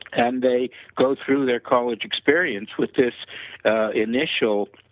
and they go through their college experience with this initial